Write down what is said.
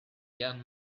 jan